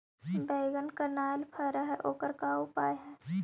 बैगन कनाइल फर है ओकर का उपाय है?